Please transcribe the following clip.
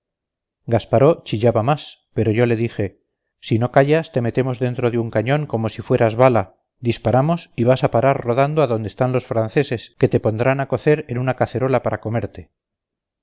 los alemanes gasparó chillaba más pero yo le dije si no callas te metemos dentro de un cañón como si fueras bala disparamos y vas a parar rodando a donde están los franceses que te pondrán a cocer en una cacerola para comerte